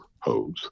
hose